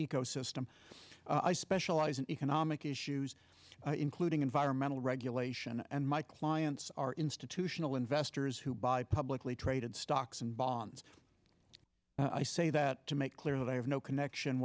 ecosystem i specialize in economic issues including environmental regulation and my clients are institutional investors who buy publicly traded stocks and bonds i say that to make clear that i have no connection